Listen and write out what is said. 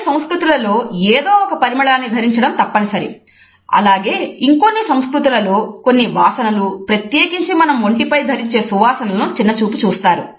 మనం కొన్ని రంగులు ఒక నిర్దిష్టమైన అర్ధాన్ని తెలియజెప్పేవిగా గుర్తిస్తాం